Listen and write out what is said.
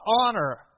honor